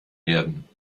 werden